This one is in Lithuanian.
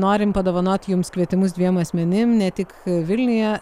norim padovanot jums kvietimus dviem asmenims ne tik vilniuje